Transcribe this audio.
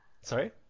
Sorry